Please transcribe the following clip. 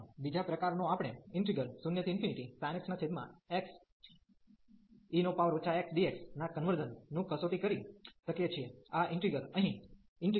સમાન બીજા પ્રકારનો આપણે 0sin x xe xdx ના કન્વર્ઝન નું કસોટી કરી શકીએ છીએ